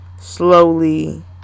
slowly